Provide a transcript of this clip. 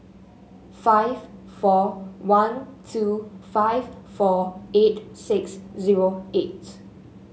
five four one two five four eight six zero eight